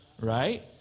Right